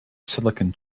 silicon